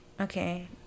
okay